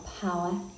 power